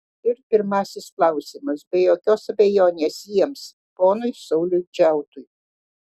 ir pirmasis klausimas be jokios abejonės jiems ponui sauliui džiautui